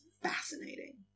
fascinating